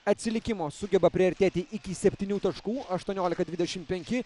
atsilikimo sugeba priartėti iki septynių taškų aštuoniolika dvidešim penki